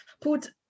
put